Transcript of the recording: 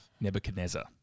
Nebuchadnezzar